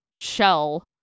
shell